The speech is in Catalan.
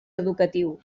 educatiu